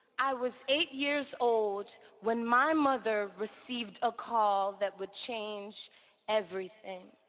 i was eight years old when my mother received a call that would change everything.